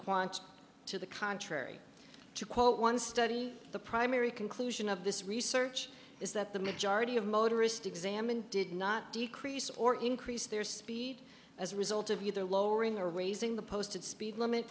quantity to the contrary to quote one study the primary conclusion of this research is that the majority of motorists examined did not decrease or increase their speed as a result of either lowering or raising the posted speed limit